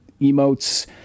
emotes